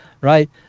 right